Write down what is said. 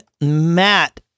Matt